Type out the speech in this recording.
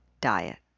diet